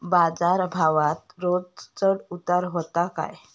बाजार भावात रोज चढउतार व्हता काय?